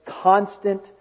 constant